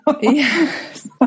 Yes